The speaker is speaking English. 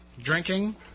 drinking